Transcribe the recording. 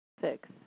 Six